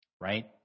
Right